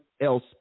else